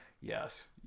yes